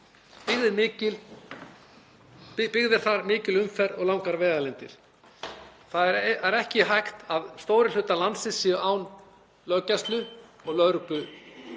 þar mikil, mikil umferð og langar vegalengdir. Það er ekki hægt að stórir hlutar landsins séu án löggæslu og lögreglu